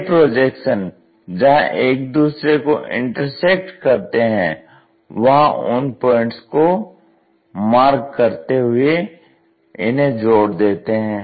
ये प्रोजेक्शन जहां एक दूसरे को इंटरसेक्ट करते हैं वहां उन पॉइंट्स को मार्क करते हुए इन्हें जोड़ देते हैं